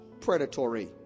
predatory